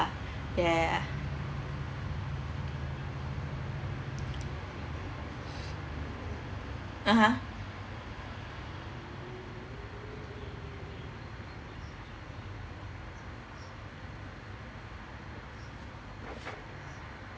yeah (uh huh)